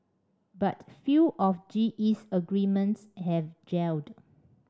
but few of G E's agreements have gelled